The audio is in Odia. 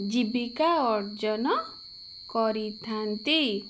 ଜୀବିକା ଅର୍ଜନ କରିଥାନ୍ତି